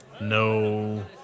No